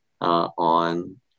on